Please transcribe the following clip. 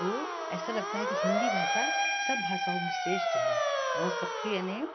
तो ऐसा लगता है कि हिंदी भाषा सब भाषाओं में श्रेष्ठ है और सबके याने